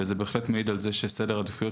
וזה בהחלט מעד על זה שסדר העדיפויות